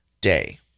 day